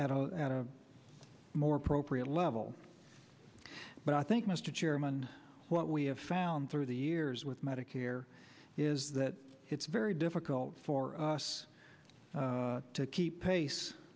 devices at a more appropriate level but i think mr chairman what we have found through the years with medicare is that it's very difficult for us to keep pace